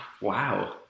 wow